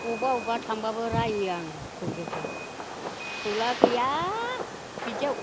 बबावबा बबावबा थांबाबो राययो आङो फिसौजोखौ फिसौला गैया बिदियाव